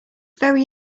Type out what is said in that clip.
very